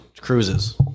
cruises